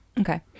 okay